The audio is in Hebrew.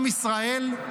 עם ישראל,